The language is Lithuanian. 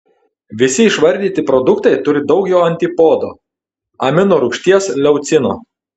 visi išvardyti produktai turi daug jo antipodo aminorūgšties leucino